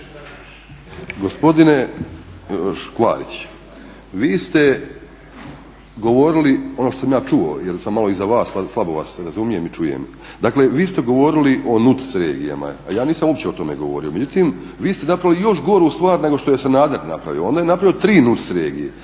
Gospodine Škvarić, vi ste govorili ono što sam ja čuo, jer sam malo iza vas pa slabo vas razumijem i čuje. Dakle vi ste govorili o NUTS regijama a ja nisam uopće o tome govorio. Međutim, vi ste napravili još goru stvar nego što je Sanader napravio. On je napravio NUTS regije